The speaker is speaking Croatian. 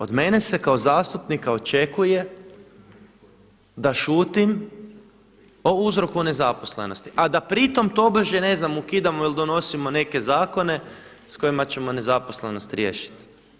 Od mene se kao zastupnika očekuje da šutim o uzroku nezaposlenosti a da pri tome tobože ne znam ukidamo ili donosimo neke zakone s kojima ćemo nezaposlenost riješiti.